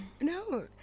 No